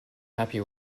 happy